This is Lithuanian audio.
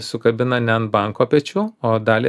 sukabina ne ant banko pečių o dalį